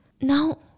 No